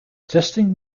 testing